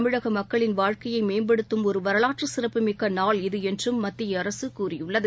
தமிழ்நாட்டுமக்களின் வாழ்க்கையைமேம்படுத்தும் ஒருவரவாற்றுசிறப்புமிக்கநாள் இது என்றும் மத்தியஅரசுகூறியுள்ளது